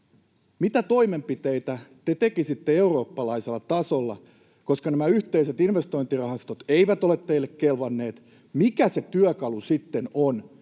Mitä toimenpiteitä te tekisitte eurooppalaisella tasolla? Koska nämä yhteiset investointirahastot eivät ole teille kelvanneet, mikä se työkalu sitten on,